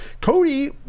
Cody